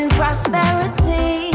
prosperity